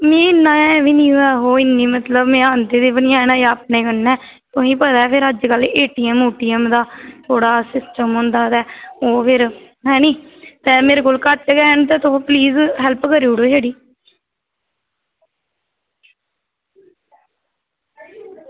मिगी इन्ना ऐ बी निं ऐ ते में इन्ने आंदे दे बी निं हैन ते तुसेंगी पता अज्जकल फिर एटीएम दा थोह्ड़ा सिस्टम होंदा गै ऐनी ते पैसे मेरे कोल घट्ट गै न ते प्लीज़ तुस मेरी हेल्प करी ओड़ेओ